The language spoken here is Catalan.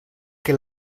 que